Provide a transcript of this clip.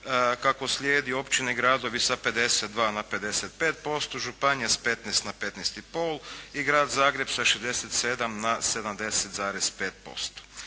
kako slijedi općine i gradovi sa 52 na 55%, županija s 15 na 15 i pol i grad Zagreb sa 67 na 70,5%.